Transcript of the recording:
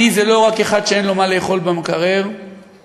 עני זה לא רק אחד שאין לו במקרר מה לאכול,